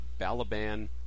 Balaban